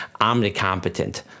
omnicompetent